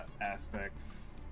aspects